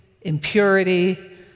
impurity